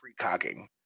precogging